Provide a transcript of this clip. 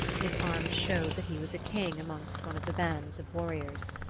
his arms showed that he was a king amongst one of the bands of warriors.